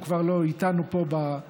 הוא כבר לא איתנו פה באולם.